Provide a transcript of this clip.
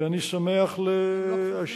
ואני שמח להשיב.